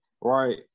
right